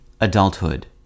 adulthood